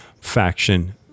faction